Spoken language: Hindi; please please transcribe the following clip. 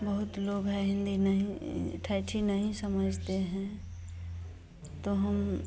बहुत लोग है हिन्दी नहीं ठेठी नहीं समझते हैं तो हम